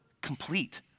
complete